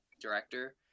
director